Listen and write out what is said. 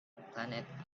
planet